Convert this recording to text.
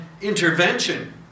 intervention